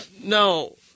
No